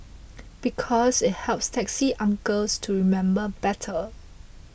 because it helps taxi uncles to remember better